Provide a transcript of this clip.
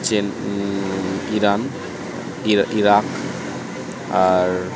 chain Iran Iraq R